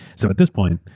so at this point,